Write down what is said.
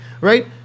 Right